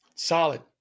Solid